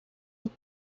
pure